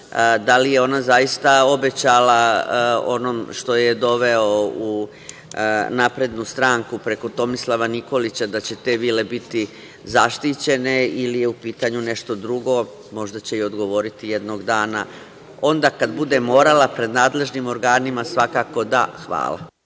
Da li je ona zaista obećala onom što je doveo u SNS preko Tomislava Nikolića da će te vile biti zaštićene ili je u pitanju nešto drugo? Možda će i odgovoriti jednog dana, onda kada bude morala pred nadležnim organima svakako.